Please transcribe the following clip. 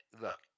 look